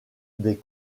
des